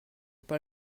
pas